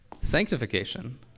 Sanctification